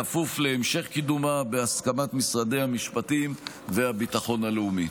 בכפוף להמשך קידומה בהסכמת משרדי המשפטים והביטחון הלאומי.